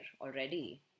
already